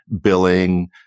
billing